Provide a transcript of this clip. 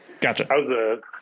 Gotcha